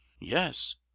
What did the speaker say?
yes